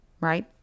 right